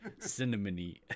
Cinnamony